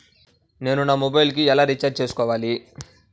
నేను నా మొబైల్కు ఎలా రీఛార్జ్ చేసుకోవాలి?